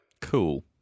Cool